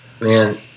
man